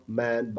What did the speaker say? man